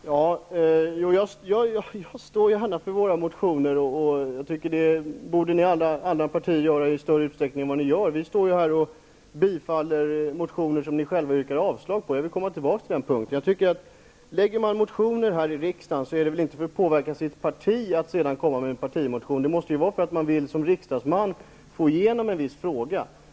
Herr talman! Jag står gärna för våra motioner, och det borde ni göra i alla partier i större utsträckning än vad ni gör. Vi yrkar ju bifall till motioner som ni själva yrkar avslag på. Jag vill komma tillbaka till den punkten. Väcker man motioner här i riksdagen är det väl inte för att påverka sitt parti att sedan komma med partimotioner, utan det är väl för att man som riksdagsman vill få igenom en viss fråga.